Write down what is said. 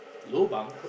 lobangs